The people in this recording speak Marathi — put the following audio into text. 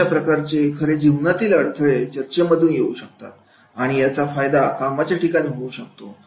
अशा प्रकारचे खरे जीवनातील अडथळे चर्चमध्ये घेऊ शकतो आणि याचा फायदा कामाच्या ठिकाणी होऊ शकतो